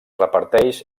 reparteix